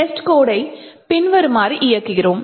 டெஸ்ட்கோடை பின்வருமாறு இயக்குகிறோம்